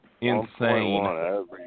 Insane